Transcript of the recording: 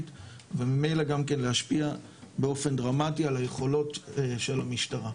וממילא גם כן להשפיע באופן דרמטי על היכולות של המשטרה.